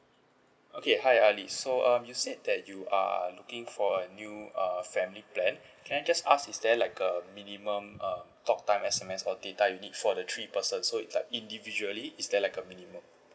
okay hi ali so um you said that you are looking for a new uh family plan can I just ask is there like a minimum uh talk time S_M_S or data you need for the three person so it's like individually is there like a minimum